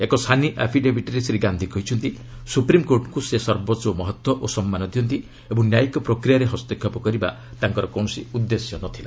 ଏକ ସାନି ଆଫିଡେବିଟ୍ରେ ଶ୍ରୀ ଗାନ୍ଧି କହିଛନ୍ତି ସୁପ୍ରିମ୍କୋର୍ଟଙ୍କୁ ସେ ସର୍ବୋଚ୍ଚ ମହତ୍ୱ ଓ ସମ୍ମାନ ଦିଅନ୍ତି ଏବଂ ନ୍ୟାୟିକ ପ୍ରକ୍ରିୟାରେ ହସ୍ତକ୍ଷେପ କରିବା ତାଙ୍କର କୌଣସି ଉଦ୍ଦେଶ୍ୟ ନଥିଲା